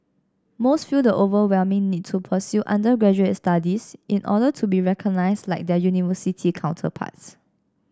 most feel the overwhelming need to pursue undergraduate studies in order to be recognized like their university counterparts